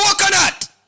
coconut